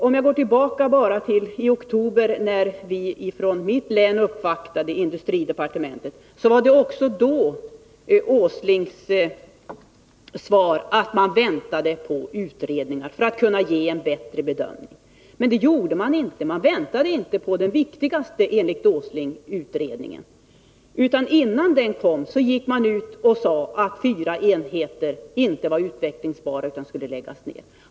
Om jag går tillbaka bara till oktober, när vi från mitt län uppvaktade industridepartementet, så var också då Nils Åslings svar att man väntade på utredningar för att kunna göra en bättre bedömning — men det gjorde man inte. Man väntade inte på den — enligt Nils Åsling — viktigaste utredningen. Innan denna var klar gick man ut och sade att fyra enheter inte var utvecklingsbara, utan att de skulle läggas ned.